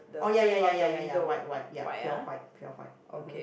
oh ya ya ya ya ya ya white white ya pure white pure white mmhmm